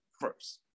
first